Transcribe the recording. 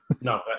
No